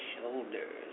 shoulders